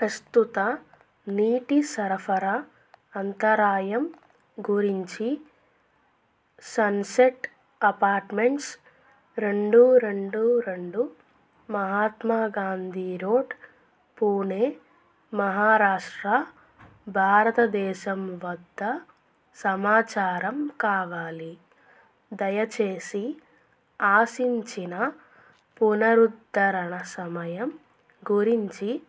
ప్రస్తుత నీటి సరఫరా అంతరాయం గురించి సన్సెట్ అపార్ట్మెంట్స్ రెండు రెండు రెండు మహాత్మా గాంధీ రోడ్ పూణే మహారాష్ట్ర భారతదేశం వద్ద సమాచారం కావాలి దయచేసి ఆశించిన పునరుద్ధరణ సమయం గురించి